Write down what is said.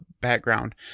background